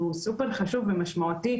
והוא סופר חשוב ומשמעותי,